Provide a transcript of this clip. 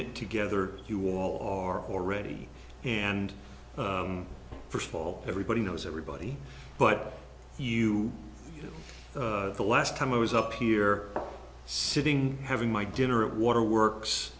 neat together you all are already and first of all everybody knows everybody but you know the last time i was up here sitting having my dinner at waterworks